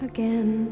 Again